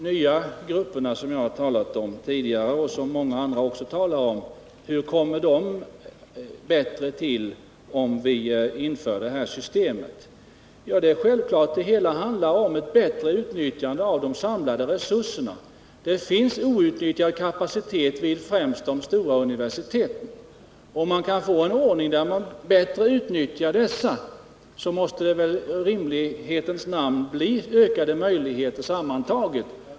Hur förbättras då förhållandena för de nya grupper som jag och många andra har talat om, om vi inför det här systemet? — Det hela handlar ju om ett bättre utnyttjande av de samlade resurserna. Det finns outnyttjad kapacitet vid främst de större universiteten. Om det går att få till stånd en ordning där dessa resurser utnyttjas bättre måste det väl i rimlighetens namn bli ökade möjligheter sammantaget!